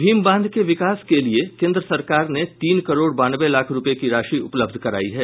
भीमबांध के विकास के लिए केंद्र सरकार ने तीन करोड़ बानवे लाख रूपये की राशि उपलब्ध कराई है